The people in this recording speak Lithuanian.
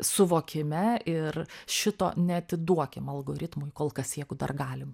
suvokime ir šito neatiduokim algoritmui kol kas jeigu dar galim